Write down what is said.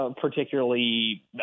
particularly